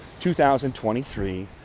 2023